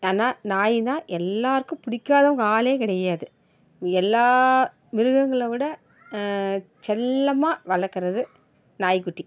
ஆனால் நாய்னால் எல்லாேருக்கும் பிடிக்காதவங்க ஆளே கிடையாது எல்லா மிருகங்களை விட செல்லமாக வளர்க்கறது நாய்க்குட்டி